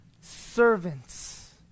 servants